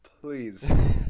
Please